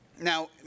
Now